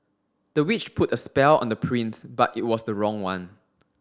the witch put a spell on the prince but it was the wrong one